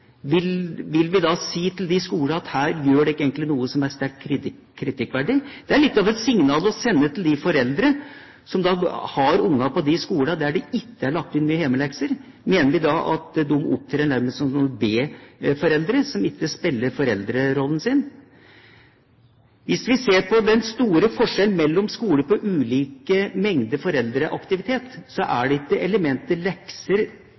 Vil vi si til disse skolene at her gjør dere egentlig noe som er sterkt kritikkverdig? Det er litt av et signal å sende til de foreldrene som har barna på de skolene som ikke har lagt inn mye hjemmelekser. Mener vi at de opptrer nærmest som noen sånne B-foreldre, som ikke spiller foreldrerollen sin? Hvis vi ser på den store forskjellen mellom skoler på ulik mengde foreldreaktivitet, er det ikke elementet lekser